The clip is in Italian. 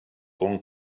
con